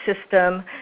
system